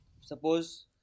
suppose